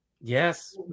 Yes